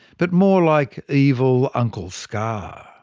but more like evil uncle scar